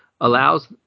allows